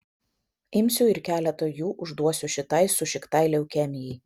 imsiu ir keletą jų užduosiu šitai sušiktai leukemijai